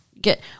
get